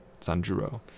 Sanjuro